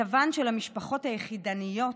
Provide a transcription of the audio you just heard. מצבן של המשפחות היחידניות,